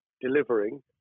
delivering